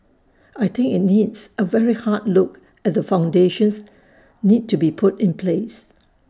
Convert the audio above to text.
I think IT needs A very hard look at the foundations need to be put in place